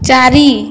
ଚାରି